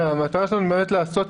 המטרה שלנו היא למצוא פתרון.